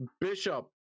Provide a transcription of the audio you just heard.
Bishop